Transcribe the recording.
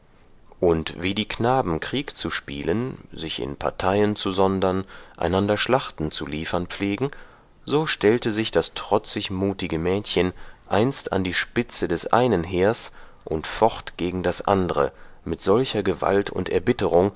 und wie die knaben krieg zu spielen sich in parteien zu sondern einander schlachten zu liefern pflegen so stellte sich das trotzig mutige mädchen einst an die spitze des einen heers und focht gegen das andre mit solcher gewalt und erbitterung